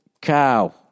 cow